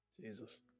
Jesus